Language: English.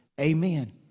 Amen